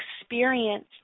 experience